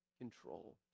control